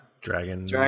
Dragon